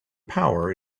power